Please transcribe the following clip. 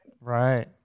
Right